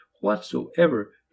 whatsoever